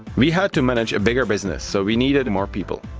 we had to manage a bigger business, so we needed and more people.